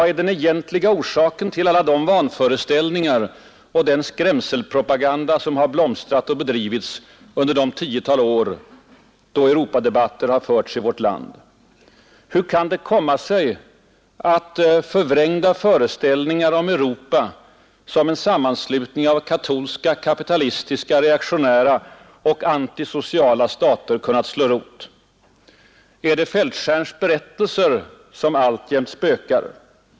Vad är den egentliga orsaken till alla de vanföreställningar och den skrämselpropaganda som blomstrat och bedrivits under det tiotal år Ang. förhandlingardå Europadebatter förts i vårt land? Hur kan det komma sig, att 4 mellan Sverige förvrängda föreställningar om Europa som en sammanslutning av och EEC katolska, kapitalistiska, reaktionära och anti-sociala stater kunnat slå rot? Är det Fältskärns berättelser som alltjämt spökar?